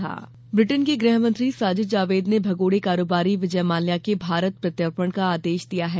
माल्या प्रत्यर्पण ब्रिटेन के गृहमंत्री साजिद जावेद ने भगोडे कारोबारी विजय माल्या के भारत प्रत्यर्पण का आदेश दिया है